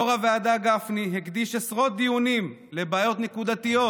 יו"ר הוועדה גפני הקדיש עשרות דיונים לבעיות נקודתיות.